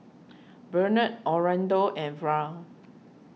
Bennett Orlando and Verl